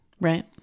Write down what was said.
Right